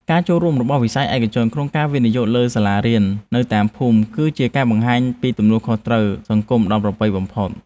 ការចូលរួមរបស់វិស័យឯកជនក្នុងការវិនិយោគលើសាលារៀននៅតាមភូមិ គឺជាការបង្ហាញពីទំនួលខុសត្រូវសង្គមដ៏ល្អប្រពៃបំផុត។